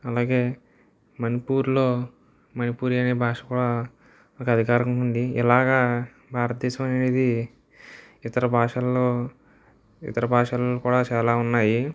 అలాగే మణిపూర్లో మణిపూరి అనే భాష కూడా ఒక అధికారికంగా ఉంది ఇలాగ భారతదేశం అనేది ఇతర భాషల్లో ఇతర భాషలు కూడా చాలా ఉన్నాయి